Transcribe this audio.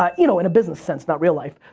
ah you know, in a business sense, not real life,